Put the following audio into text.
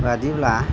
बादिब्ला